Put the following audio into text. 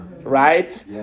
Right